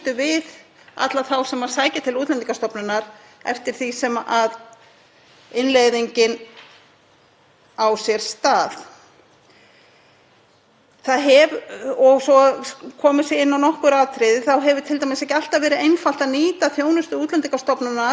sér stað. Svo komið sé inn á nokkur atriði þá hefur t.d. ekki alltaf verið einfalt að nýta þjónustu Útlendingastofnunar fyrir þá sem búa á landsbyggðinni. Stafræn vegferð bætir aðgengi alls staðar að af landinu